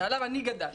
שעליו אני גדלתי,